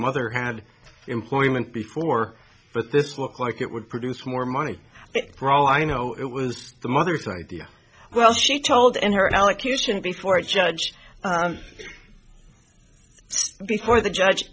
mother had employment before but this looks like it would produce more money for all i know it was the mother thought idea well she told in her allocution before a judge before the judge